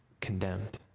condemned